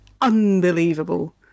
unbelievable